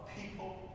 people